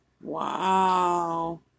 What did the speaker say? Wow